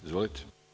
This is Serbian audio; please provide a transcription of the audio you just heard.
Izvolite.